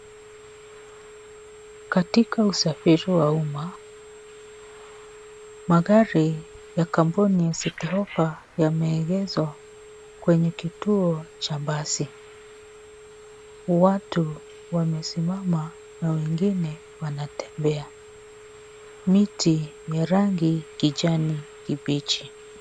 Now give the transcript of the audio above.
Katika usafiri wa umma magari ya kampuni ya citihopa yameegeshwa kwenye kituo cha basi. Watu wamesimama na wengine wanatembea. Miti ya rangi kijani kibichi.